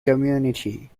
community